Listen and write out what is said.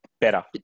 better